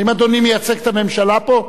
האם אדוני מייצג את הממשלה פה?